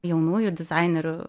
jaunųjų dizainerių